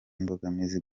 mbogamizi